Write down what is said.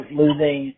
losing